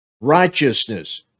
righteousness